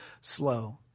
slow